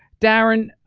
darren,